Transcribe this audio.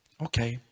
Okay